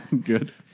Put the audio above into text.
Good